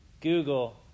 Google